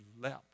leapt